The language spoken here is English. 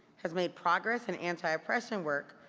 has made progress in anti-oppression work,